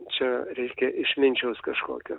čia reiškia išminčiaus kažkokio